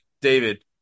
David